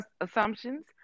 assumptions